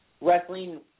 wrestling